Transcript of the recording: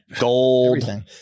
gold